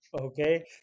Okay